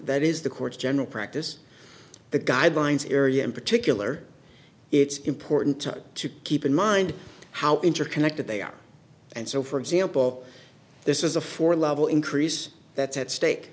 that is the court's general practice the guidelines area in particular it's important to keep in mind how interconnected they are and so for example this is a four level increase that's at stake